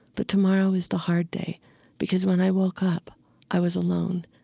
but tomorrow is the hard day because when i woke up i was alone,